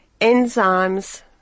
enzymes